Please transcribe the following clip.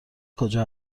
کجا